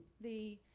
the